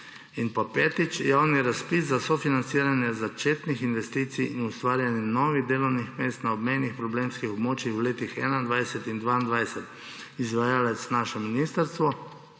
2021. Petič. Javni razpis za sofinanciranje začetnih investicij in ustvarjanje novih delovnih mest na obmejnih problemskih območjih v letih 2021 in 2022, izvajalec naše ministrstvo,